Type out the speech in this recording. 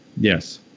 Yes